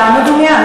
דומייה.